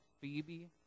Phoebe